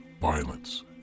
violence